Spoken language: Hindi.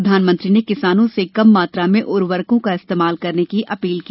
प्रधानमंत्री ने किसानों से कम मात्रा में उर्वरकों का इस्तेमाल करने की अपील की